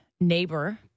neighbor